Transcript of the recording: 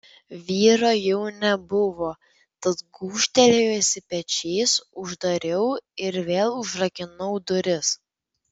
vyro jau nebuvo tad gūžtelėjusi pečiais uždariau ir vėl užrakinau duris